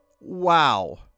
Wow